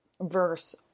verse